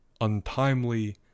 untimely